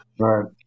Right